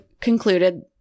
concluded